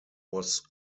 was